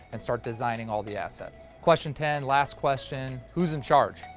and start designing all the assets. question ten, last question. who's in charge?